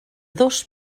dos